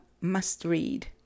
must-read